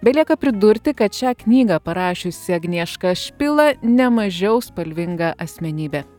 belieka pridurti kad šią knygą parašiusi agnieška špila ne mažiau spalvinga asmenybė